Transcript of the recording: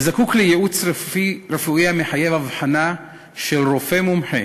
וזקוק לייעוץ רפואי המחייב אבחנה של רופא מומחה,